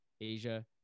Asia